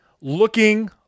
looking